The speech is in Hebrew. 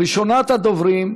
ראשונת הדוברים,